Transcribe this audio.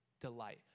delight